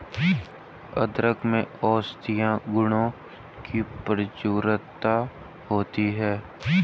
अदरक में औषधीय गुणों की प्रचुरता होती है